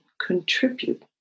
contribute